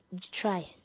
Try